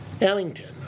Ellington